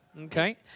Okay